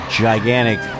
gigantic